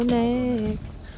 next